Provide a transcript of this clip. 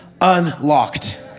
Unlocked